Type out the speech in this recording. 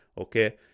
okay